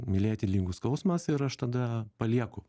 mylėti lygu skausmas ir aš tada palieku